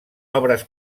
obres